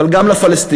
אבל גם לפלסטינים,